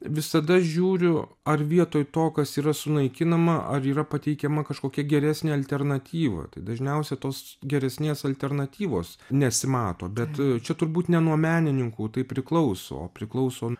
visada žiūriu ar vietoj to kas yra sunaikinama ar yra pateikiama kažkokia geresnė alternatyva tai dažniausia tos geresnės alternatyvos nesimato bet čia turbūt ne nuo menininkų tai priklauso o priklauso